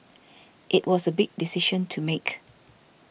it was a big decision to make